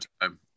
time